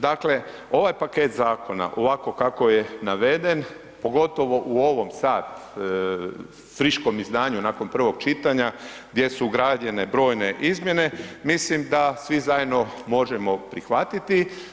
Dakle, ovaj paket zakona ovako kako je naveden pogotovo u ovom sad friškom izdanju nakon prvog čitanja gdje su ugrađene brojne izmjene mislim da svi zajedno možemo prihvatiti.